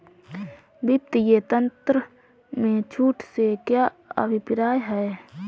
वित्तीय तंत्र में छूट से क्या अभिप्राय है?